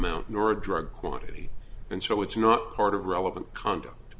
amount nor a drug quantity and so it's not part of relevant conduct